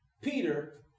Peter